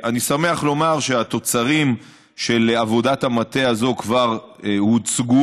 אני שמח לומר שהתוצרים של עבודת המטה הזאת כבר הוצגו,